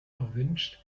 erwünscht